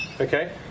Okay